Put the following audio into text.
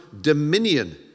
dominion